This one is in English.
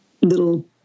little